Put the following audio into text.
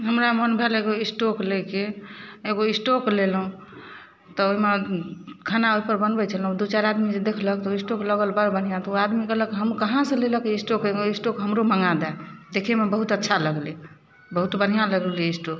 हमरा मोन भेल एगो स्टोव लैके एगो स्टोव लेलहुँ तऽ ओहिमे खाना ओहिपर बनबै छलहुँ दुइ चारि आदमी जे देखलक स्टोव लगल बड़ बढ़िआँ तऽ ओ आदमी कहलक हम कहाँसँ लेलहक स्टोव एगो स्टोव हमरो मँगा दै देखैमे बहुत अच्छा लगलै बहुत बढ़िआँ लगलै स्टोव